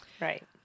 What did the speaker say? Right